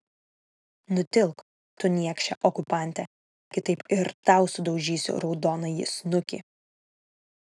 nutilk tu niekše okupante kitaip ir tau sudaužysiu raudonąjį snukį